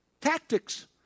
tactics